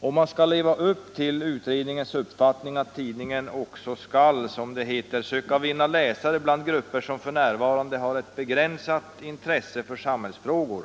Om man skall leva upp till utredningens uppfattning att tidningen också skall som det heter, ”söka vinna läsare bland grupper som för närvarande har ett begränsat intresse för samhällsfrågor”